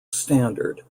standard